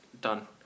Done